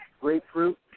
grapefruit